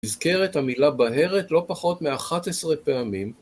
נתזכרת המילה בהרת לא פחות מאחת עשרה פעמים